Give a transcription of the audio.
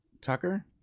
Tucker